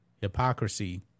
hypocrisy